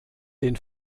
den